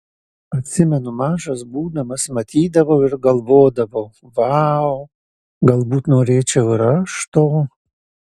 atsimenu mažas būdamas matydavau ir galvodavau vau galbūt norėčiau ir aš to